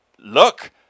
Look